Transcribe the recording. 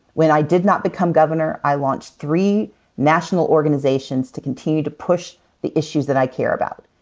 when i did not become governor, i launched three national organizations to continue to push the issues that i care about.